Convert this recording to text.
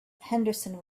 henderson